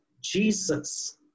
Jesus